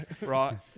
right